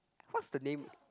what's the name